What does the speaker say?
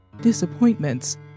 disappointments